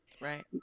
Right